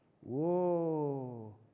Whoa